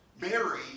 Mary